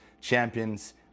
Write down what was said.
champions